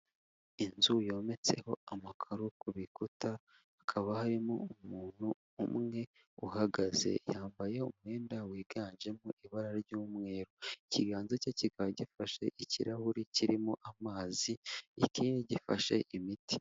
Inzu yometseho amakaro ku bikuta, hakaba harimo umuntu umwe uhagaze yambaye umwenda wiganjemo ibara ry'umweru, ikiganza cye kikaba gifashe ikirahuri kirimo amazi ikindi gifashe imiti.